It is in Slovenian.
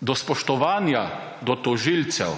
Iz spoštovanja do tožilcev,